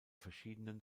verschiedenen